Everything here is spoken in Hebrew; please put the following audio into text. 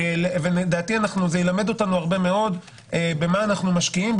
לדעתי זה ילמד אותנו הרבה מאוד במה אנו משקיעים,